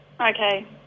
Okay